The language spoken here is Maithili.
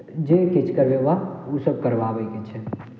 जे किछु करवेला ओ सब करबाबेके छै